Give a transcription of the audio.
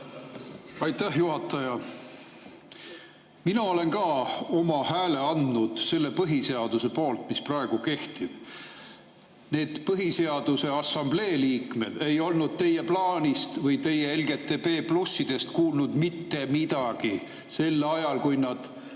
Aitäh, juhataja! Mina olen ka oma hääle andnud selle põhiseaduse poolt, mis praegu kehtib. Põhiseaduse Assamblee liikmed ei olnud teie plaanist, teie LGBT+-idest kuulnud mitte midagi sel ajal, kui nad